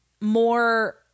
more